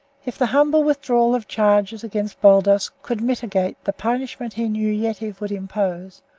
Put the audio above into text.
if the humble withdrawal of charges against baldos could mitigate the punishment he knew yetive would impose,